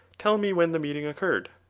tell me when the meeting occurred.